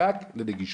רק לנגישות.